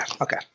okay